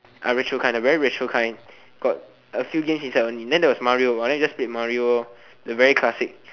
a retro kind the very retro kind got a few games inside only then there was mario ah then we just played mario lor the very classic